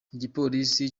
igipolisi